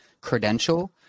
credential